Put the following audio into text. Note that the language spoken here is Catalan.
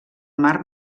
mar